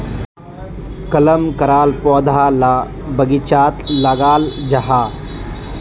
कलम कराल पौधा ला बगिचात लगाल जाहा